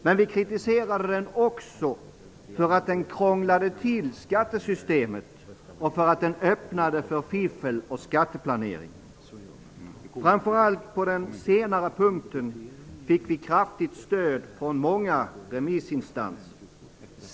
Men vi kritiserade den också för att den krånglade till skattesystemet och öppnade för fiffel och skatteplanering. Framför allt på den senare punkten fick vi kraftigt stöd från många remissinstanser.